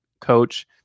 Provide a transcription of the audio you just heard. coach